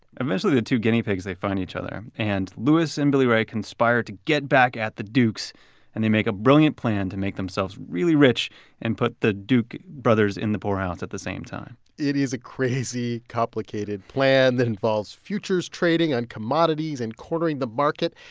eventually, the two guinea pigs, they find each other, and louis and billy ray conspired to get back at the dukes and they make a brilliant plan to make themselves really rich and put the duke brothers in the poorhouse at the same time it is a crazy, complicated plan that involves futures trading and commodities and cornering the market,